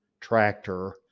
tractor